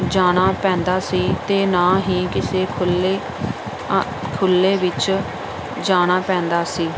ਜਾਣਾ ਪੈਦਾ ਸੀ ਅਤੇ ਨਾ ਹੀ ਕਿਸੇ ਖੁੱਲ੍ਹੇ ਅ ਖੁੱਲ੍ਹੇ ਵਿੱਚ ਜਾਣਾ ਪੈਂਦਾ ਸੀ